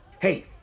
Hey